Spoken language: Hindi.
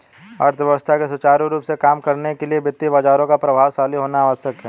अर्थव्यवस्था के सुचारू रूप से काम करने के लिए वित्तीय बाजारों का प्रभावशाली होना आवश्यक है